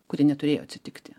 kurie neturėjo atsitikti